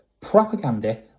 propaganda